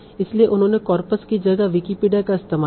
इसलिए उन्होंने कार्पस की जगह विकिपीडिया का इस्तेमाल किया